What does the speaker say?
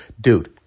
dude